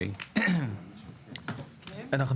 אנחנו